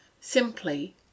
Simply